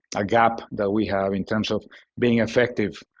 a gap that we have in terms of being effective